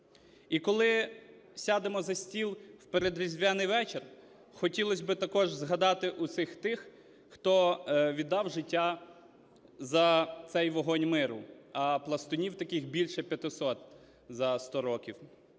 І коли сядемо за стіл в передріздвяний вечір, хотілось би також згадати усіх тих, хто віддав життя за цей вогонь миру, а пластунів таких більше 500 за 100 років.